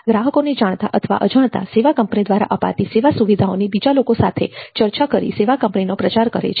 ગ્રાહકો જાણતાં અથવા અજાણતાં સેવા કંપની દ્વારા અપાતી સેવા સુવિધાઓની બીજા લોકો સાથે ચર્ચા કરી સેવા કંપનીનો પ્રચાર કરે છે